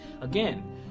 Again